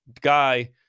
guy